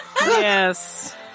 Yes